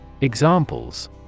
Examples